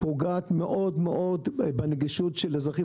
ופוגעת מאוד מאוד בנגישות של אזרחים